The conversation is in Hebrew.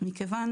מכיוון